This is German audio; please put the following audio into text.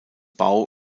bau